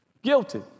Guilty